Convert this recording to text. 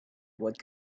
what